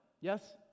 yes